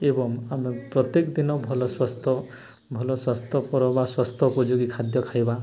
ଏବଂ ଆମେ ପ୍ରତ୍ୟେକ ଦିନ ଭଲ ସ୍ୱସ୍ଥ୍ୟ ଭଲ ସ୍ୱାସ୍ଥ୍ୟକର ବା ସ୍ୱାସ୍ଥ୍ୟ ଉପଯୋଗୀ ଖାଦ୍ୟ ଖାଇବା